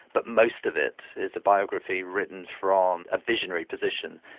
but most of it is a biography written from a visionary position.